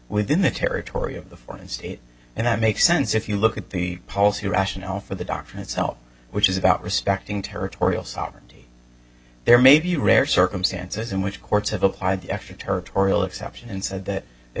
within the territory of the foreign state and i make sense if you look at the policy rationale for the doctrine itself which is about respecting territorial sovereignty there may be rare circumstances in which courts have applied the extraterritorial exception and said that it